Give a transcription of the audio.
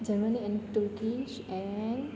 Germany and turkish and